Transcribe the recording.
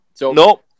Nope